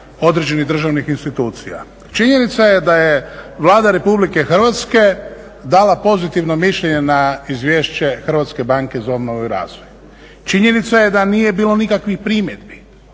određenih državnih institucija. Činjenica je da je Vlada Republike Hrvatske dala pozitivno mišljenje na izvješće Hrvatske banke za obnovu i razvoj, činjenica je da nije bilo nikakvih primjedbi.